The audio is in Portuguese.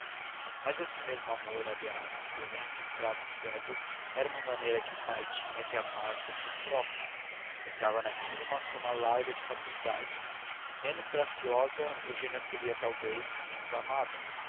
mas esse mesmo amor aliás violento escravo e cego era uma maneira que o pai tinha de amar-se a si próprio entrava naquilo uma soma larga de fatuidade menos graciosa eugênia seria talvez menos amada